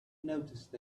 noticed